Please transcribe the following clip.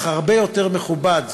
אך הרבה יותר מכובד